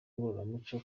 ngororamuco